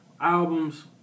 Albums